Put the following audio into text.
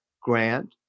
grant